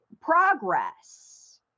progress